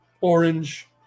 orange